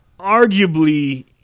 arguably